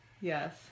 Yes